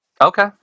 Okay